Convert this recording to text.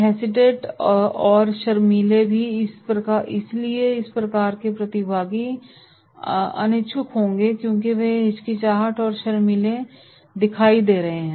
hesitant और शर्मीले भी इसलिए इस प्रकार के प्रतिभागी अनिच्छुक होंगे क्योंकि वे हिचकिचाहट और शर्मीले दिखाई दे रहे हैं